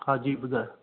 हा जी ॿुधायो